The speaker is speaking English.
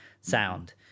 sound